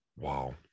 Wow